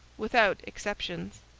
without exceptions.